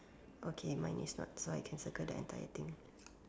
okay mine is not so I can circle the entire thing